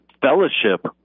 fellowship